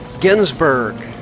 Ginsburg